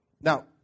Now